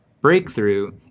breakthrough